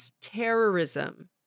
terrorism